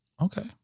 okay